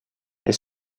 est